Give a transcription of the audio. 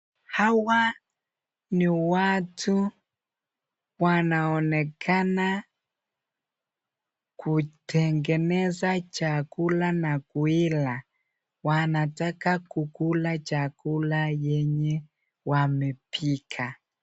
Hawa ni watu wanaonekana kutengeneza chakula na kuila. Wanataka kukula chakula yenye wamepika.